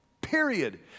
Period